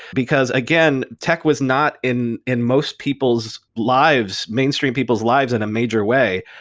because again, tech was not in in most people's lives, mainstream people's lives in a major way.